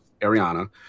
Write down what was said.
Ariana